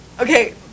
Okay